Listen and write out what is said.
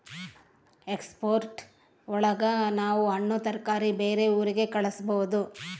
export ಒಳಗ ನಾವ್ ಹಣ್ಣು ತರಕಾರಿ ಬೇರೆ ಊರಿಗೆ ಕಳಸ್ಬೋದು